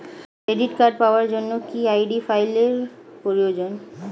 Credit card পাওয়ার জন্য কি আই.ডি ফাইল এর প্রয়োজন?